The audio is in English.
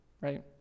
right